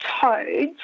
toads